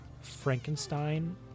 Frankenstein